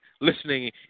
listening